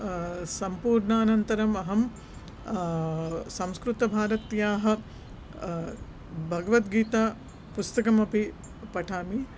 सम्पूर्णानन्तरं अहं संस्कृतभारत्याः भगवद्गीता पुस्तकम् अपि पठामि